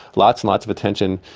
lots and lots of attention,